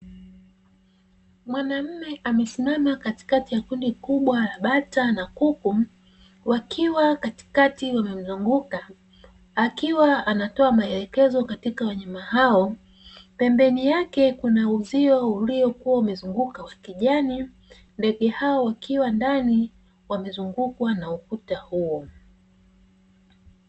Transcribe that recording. Mwanaume amesimama katikati ya kundi kubwa la bata na kuku wakiwa katikati wamemzunguka, akiwa anatoa maelekezo katika wanyama hao pembeni yake kuna uzio uliozunguka wa kijani, ndege hao wakiwa ndani wamezungukwa na ukuta huo.